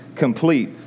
complete